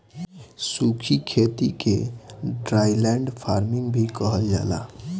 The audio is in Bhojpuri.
सूखी खेती के ड्राईलैंड फार्मिंग भी कहल जाला